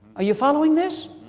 are you following this?